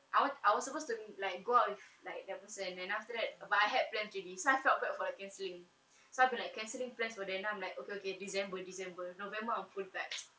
I want I was supposed to like go out with like the person then after that err but I had planned already I felt bad for cancelling so I've been like cancelling plans for them now I'm like okay okay december december november I'm full packs